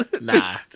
Nah